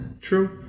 True